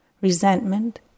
resentment